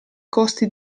costi